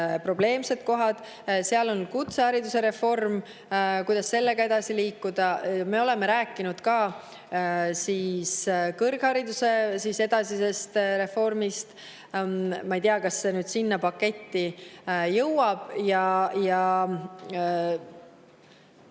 probleemsed kohad. Seal on kutsehariduse reform ja see, kuidas sellega edasi liikuda. Me oleme rääkinud ka kõrghariduse edasisest reformist. Ma ei tea, kas see nüüd sinna paketti jõuab.